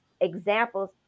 examples